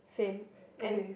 same and